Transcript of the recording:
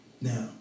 Now